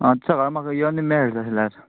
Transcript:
आं सकाळीं यो आनी मेळ तशें जाल्यार